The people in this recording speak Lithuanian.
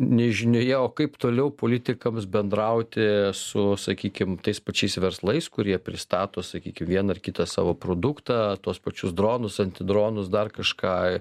nežinioje o kaip toliau politikams bendrauti su sakykim tais pačiais verslais kurie pristato sakykim vieną ar kitą savo produktą tuos pačius dronus antidronus dar kažką